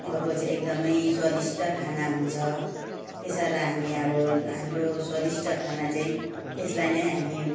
अर्को चाहिँ एकदमै स्वादिष्ट खाना हुन्छ त्यसरी हामी अब हाम्रो स्वादिष्ट खाना चाहिँ त्यसलाई नै हामी